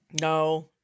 no